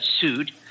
sued